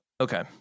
Okay